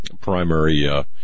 primary